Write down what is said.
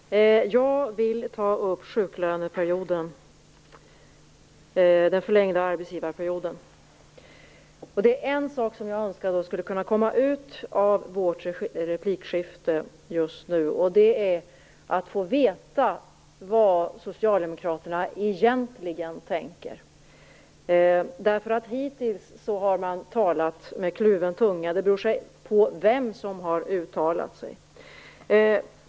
Fru talman! Jag vill ta upp frågan om sjuklöneperioden, den förlängda arbetsgivarperioden. Det är en sak som jag önskar skulle kunna komma ut av vårt replikskifte: Jag skulle vilja veta vad socialdemokraterna egentligen tänker. Hittills har man talat med kluven tunga. Det beror mycket på vem som uttalar sig.